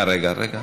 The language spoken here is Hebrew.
(תיקון מס' 48),